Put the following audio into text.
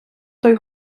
той